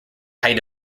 height